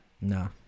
no